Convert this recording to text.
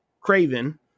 Craven